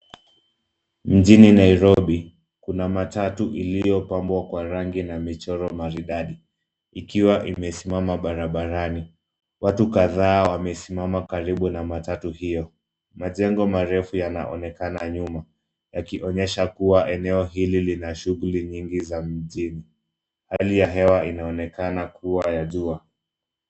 Mjini Nairobi kuna matatu iliyopambwa kwa rangi na michoro maridadi ikiwa imesimama barabarani. Watu kadhaa wamesimama karibu na matatu hio. Majengo marefu yanaonekana nyuma yakionyesha kuwa eneo hili lina shughuli mingi za mjini. Hali ya hewa inaonekana kuwa ya jua.